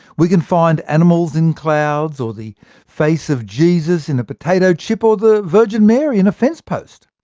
we can find animals in clouds, or the face of jesus in a potato chip, or the virgin mary in a fencepost.